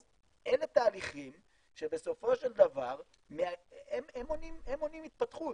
אז אלה תהליכים שבסופו של דבר הם מונעים התפתחות.